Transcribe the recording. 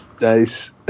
Nice